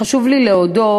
חשוב לי להודות